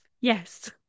yes